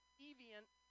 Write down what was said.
deviant